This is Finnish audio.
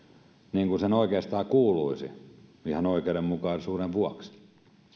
niin kuin sen oikeastaan kuuluisi ihan oikeudenmukaisuuden vuoksi